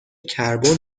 کربن